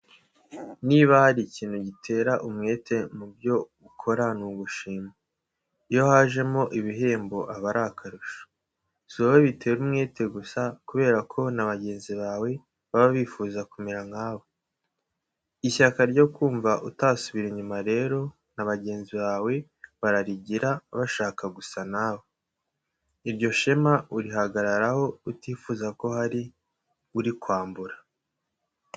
Niba hari ikintu gitera umwete mu byo ukora ni ugushimwa. Iyo hajemo ibihembo aba ari akarusho. Si wowe bitera umwete gusa kubera ko na bagenzi bawe baba bifuza kumera nkawe. Ishyaka ryo kumva utasubira inyuma rero, na bagenzi bawe bararigira bashaka gusa nawe. Iryo shema urihagararaho utifuza ko hari urikwambura.